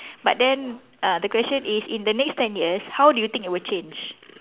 but then uh the question is in the next ten years how do you think it would change